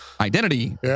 identity